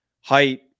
height